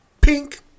pink